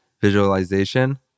visualization